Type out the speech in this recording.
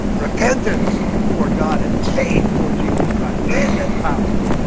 repentance toward god and faith toward jesus crying man. that's powerful